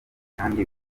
kandi